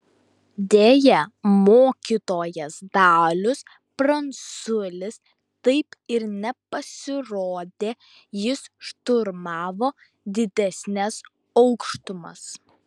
deja mokytojas dalius pranculis taip ir nepasirodė jis šturmavo didesnes aukštumas